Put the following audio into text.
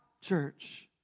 church